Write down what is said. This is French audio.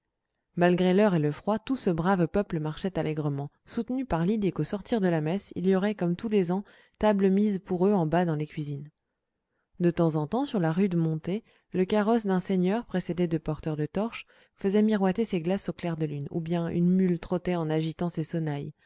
malgré l'heure et le froid tout ce brave peuple marchait allègrement soutenu par l'idée qu'au sortir de la messe il y aurait comme tous les ans table mise pour eux en bas dans les cuisines de temps en temps sur la rude montée le carrosse d'un seigneur précédé de porteurs de torches faisait miroiter ses glaces au clair de lune ou bien une mule trottait en agitant ses sonnailles